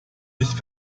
nicht